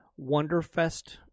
Wonderfest